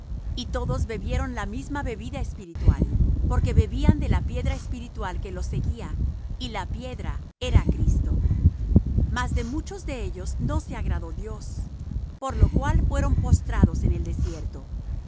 y todos bebieron la misma bebida espiritual porque bebían de la piedra espiritual que los seguía y la piedra era cristo mas de muchos de ellos no se agradó dios por lo cual fueron postrados en el desierto